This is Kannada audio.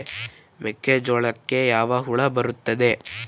ಮೆಕ್ಕೆಜೋಳಕ್ಕೆ ಯಾವ ಹುಳ ಬರುತ್ತದೆ?